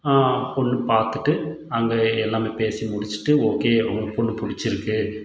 பொண்ணு பார்த்துட்டு அங்கே எல்லாம் பேசி முடிச்சுட்டு ஓகே உனக்கு பொண்ணு பிடிச்சிருக்கு